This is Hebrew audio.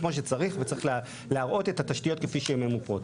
כמו שצריך וצריך להראות את התשתיות כפי שהן ממופות.